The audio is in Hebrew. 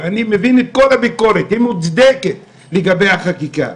ואני מבין את כל הביקורת לגבי החקיקה.